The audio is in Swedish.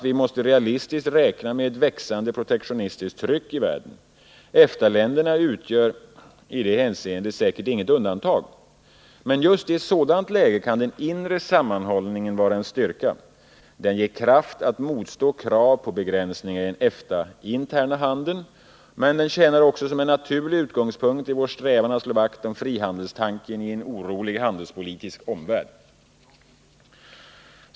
Vi måste realistiskt räkna med ett växande protektionistiskt tryck i världen. EFTA-länderna utgör i det hänseendet säkert inget undantag. Men just i ett sådant läge kan den inre sammanhållningen vara en styrka. Den ger kraft att motstå krav på begränsningar i den EFTA-interna handeln. Men den tjänar också som en naturlig utgångspunkt i vår strävan att slå vakt om frihandelstanken i en orolig handelspolitisk omvärld.